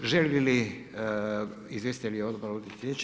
Žele li izvjestitelji odbora uzeti riječ?